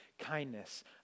kindness